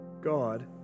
God